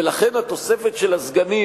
ולכן התוספת של הסגנים,